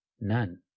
None